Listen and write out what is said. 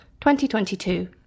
2022